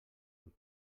nous